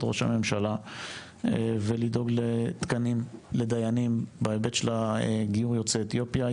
ראש הממשלה ולדאוג לתקנים לדיינים בהיבט של גיור יוצאי אתיופיה.